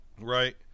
right